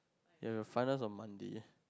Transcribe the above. yeah you find us on Monday lah